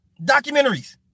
Documentaries